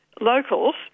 locals